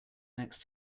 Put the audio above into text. next